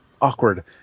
awkward